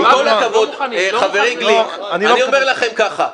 עם כל הכבוד, חברי גליק, אני אומר לכם ככה.